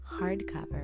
hardcover